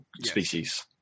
species